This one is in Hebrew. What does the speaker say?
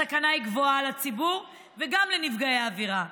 הסכנה היא גבוהה לציבור וגם לנפגעי העבירה.